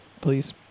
please